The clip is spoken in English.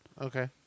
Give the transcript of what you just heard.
Okay